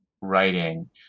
writing